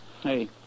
Hey